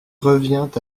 revient